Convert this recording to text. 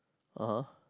ah [huh]